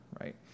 right